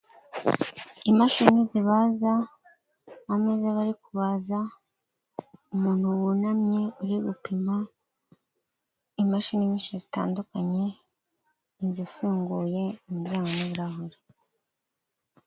Imashini zibaza, ameza bari kubaza, umuntu w'unamye uri gupima imashini nyinshi zitandukanye n'izifunguye imiryango n'ibirahure.